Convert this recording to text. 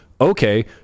okay